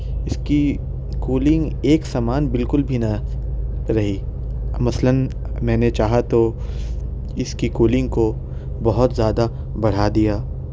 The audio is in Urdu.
اِس کی کولنگ ایک سمان بالکل بھی نہ رہی مثلاً میں نے چاہا تو اِس کی کولنگ کو بہت زیادہ بڑھا دیا